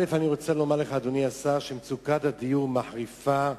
מצוקת הדיור מחריפה,